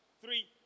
Three